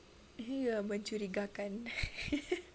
mencurigakan